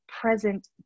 present